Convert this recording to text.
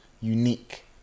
unique